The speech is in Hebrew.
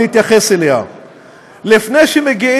לפני שנגיע